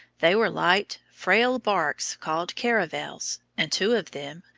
they were light, frail barks called caravels, and two of them,